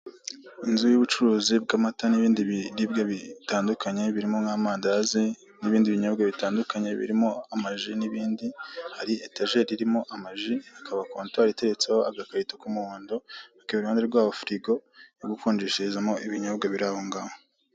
Inzu y'ubucuruzi bw'amata n'ibindi biribwa bitandukanye birimo nk'amadazi n'ibindi binyobwa bitandukanye birimo amaji n'ibindi, hari etajeri irimo amaji, hakaba kontwari iteretseho agakarito k'umuhondo, hakaba iruhande rwaho firigo yo gukonjesherezamo ibinyobwa biri aho ngaho.